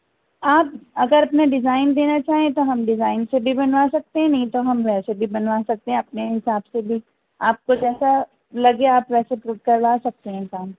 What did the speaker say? آپ اگر اپنا ڈیزائن دینا چاہیں تو ہم ڈیزائن سے بھی بنوا سکتے ہیں نہیں تو ہم ویسے بھی بنوا سکتے ہیں اپنے حساب سے بھی آپ کو جیسا لگے آپ ویسے پر کروا سکتے ہیں کام